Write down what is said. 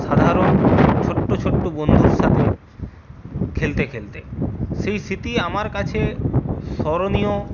সাধারণ ছোট্ট ছোট্ট বন্ধুর সাথে খেলতে খেলতে সেই স্মৃতি আমার কাছে স্মরণীয়